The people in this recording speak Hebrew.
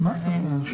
אני חושב ששמענו.